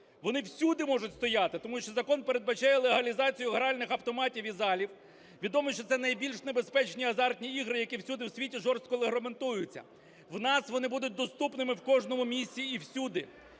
Вони всюди можуть стояти, тому що закон передбачає легалізацію гральних автоматів і залів, відомо, що це найбільш небезпечні азартні ігри, які всюди в світі жорстко регламентуються. В нас вони будуть доступними в кожному місці і всюди.